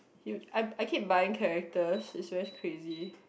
you I I keep buying characters it's very crazy